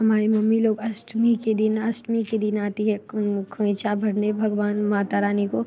हमारी मम्मी लोग अष्टमी के दिन अष्टमी के दिन आती है खोइंचा भरने भगवान माता रानी को